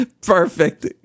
perfect